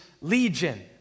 Legion